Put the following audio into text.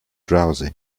drowsy